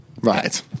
Right